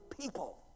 people